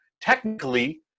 technically